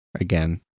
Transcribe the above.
again